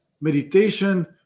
meditation